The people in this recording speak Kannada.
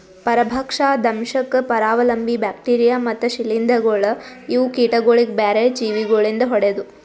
ಪರಭಕ್ಷ, ದಂಶಕ್, ಪರಾವಲಂಬಿ, ಬ್ಯಾಕ್ಟೀರಿಯಾ ಮತ್ತ್ ಶ್ರೀಲಿಂಧಗೊಳ್ ಇವು ಕೀಟಗೊಳಿಗ್ ಬ್ಯಾರೆ ಜೀವಿ ಗೊಳಿಂದ್ ಹೊಡೆದು